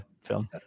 film